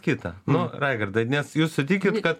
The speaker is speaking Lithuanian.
kita nu raigardai nes jūs sutikit kad